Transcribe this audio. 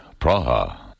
Praha